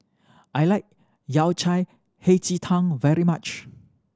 I like Yao Cai Hei Ji Tang very much